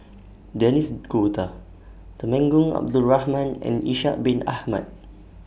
Denis D'Cotta Temenggong Abdul Rahman and Ishak Bin Ahmad